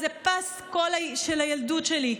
זה פסקול של הילדות שלי.